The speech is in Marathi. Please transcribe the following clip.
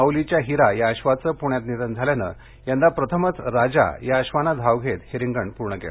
माऊलीच्या हिरा या अश्वाचं प्ण्यात निधन झाल्यानं यंदा प्रथमच राजा या अश्वानं धाव घेत हे रिंगण पूर्ण केलं